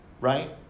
Right